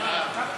לוועדה